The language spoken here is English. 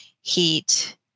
heat